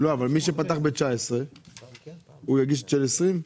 שפתח ב-2019 יגיש את של 2020?